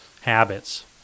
habits